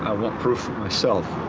want proof for myself.